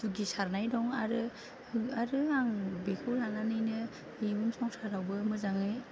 दुगिसारनाय दं आरो आरो आं बेखौ लानानैनो इयुन संसारावबो मोजाङै